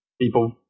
people